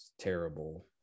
terrible